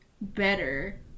better